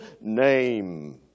name